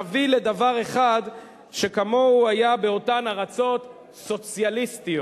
תוביל לדבר אחד שכמוהו היה באותן ארצות סוציאליסטיות.